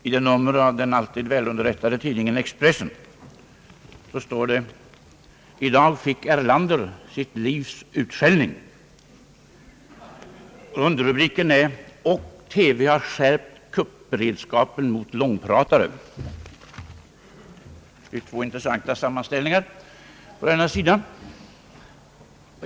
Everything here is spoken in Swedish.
I dagens nummer av den alltid välunderrättade tidningen Expressen står det: I dag fick Erlander sitt livs utskällning. Underrubriken är: Och TV har skärpt kuppbevakningen mot långpratare. Det är två intressanta sammanställningar.